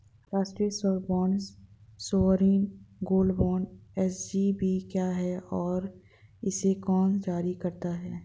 राष्ट्रिक स्वर्ण bond sovereign gold bond SGB क्या है और इसे कौन जारी करता है?